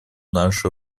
нашей